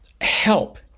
help